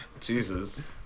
Jesus